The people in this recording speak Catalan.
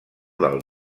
del